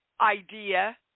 idea